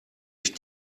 ich